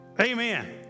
Amen